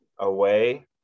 away